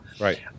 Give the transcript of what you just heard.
right